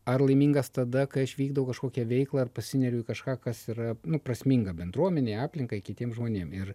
ar laimingas tada kai aš vykdau kažkokią veiklą ar pasineriu į kažką kas yra prasminga bendruomenei aplinkai kitiem žmonėm ir